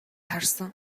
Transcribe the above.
харсан